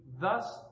thus